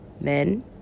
Men